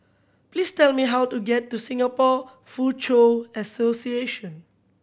please tell me how to get to Singapore Foochow Association